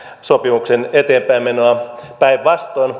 sopimuksen eteenpäinmenoa päinvastoin